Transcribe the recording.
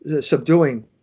subduing